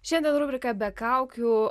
šiandien rubriką be kaukių